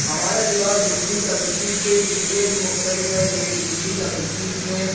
ہمارا لباس دوسری کمیوٹیز سے اس لیے بھی مختلف ہے کیوں کہ دوسری کمیوٹیز میں